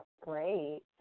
Great